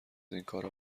اینکارا